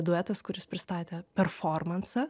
duetas kuris pristatė performansą